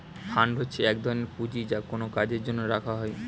fund হচ্ছে এক ধরনের পুঁজি যা কোনো কাজের জন্য রাখা হয়